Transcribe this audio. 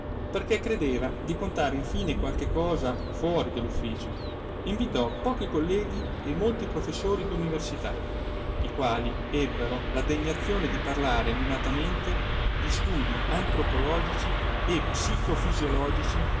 perché credeva di contare in fine qualche cosa fuori dell'ufficio invitò pochi colleghi e molti professori d'università i quali ebbero la degnazione di parlare animatamente di studii antropologici e psicofisiologici